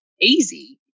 easy